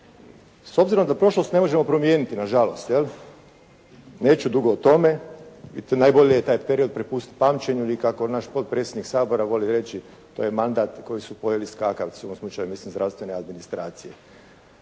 S obzirom da prošlost ne možemo promijeniti na žalost, jel neću dugo o tome, najbolje je taj period prepustiti pamćenju ili kako naš potpredsjednik Sabora voli reći to je mandat koji su pojeli skakavci, u ovom slučaju mislim zdravstvene administracije.